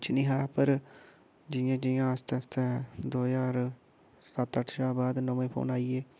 कुछ नेहा पर जि'यां जि'यां आस्तै आस्तै दो ज्हार सत्त अट्ठ शा बाद नमें फोन आइये